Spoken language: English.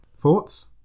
thoughts